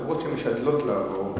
החברות שמשדלות לעבור,